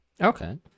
Okay